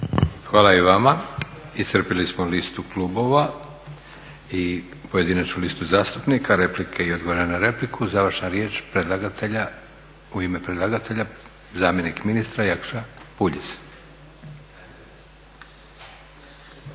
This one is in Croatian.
Hvala i vama. Iscrpili smo listu klubova i pojedinačnu listu zastupnika, replike i odgovore na repliku. Završna riječ predlagatelja, u ime predlagatelja zamjenik ministra Jakša Puljiz.